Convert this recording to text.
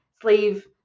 sleeve